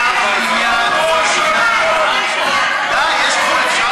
מדי, די, יש גבול, אפשר